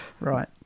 Right